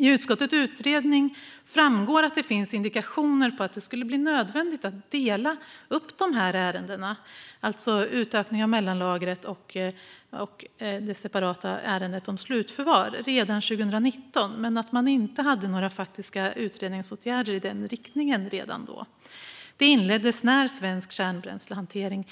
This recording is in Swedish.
I utskottets utredning framgår att det redan 2019 fanns indikationer på att det skulle bli nödvändigt att dela upp ärendena, alltså utökning av mellanlagret och det separata ärendet om slutförvar, men att man inte hade några faktiska utredningsåtgärder i den riktningen redan då. Det inleddes när Svensk Kärnbränslehantering